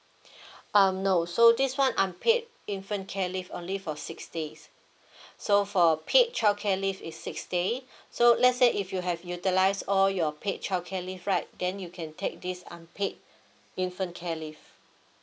um no so this one unpaid infant care leave only for six days so for paid childcare leave is six day so let's say if you have utilize all your paid childcare leave right then you can take this unpaid infant care leave